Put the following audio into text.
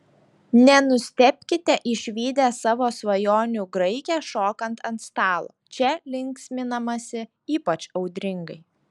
nenustebkite išvydę savo svajonių graikę šokant ant stalo čia linksminamasi ypač audringai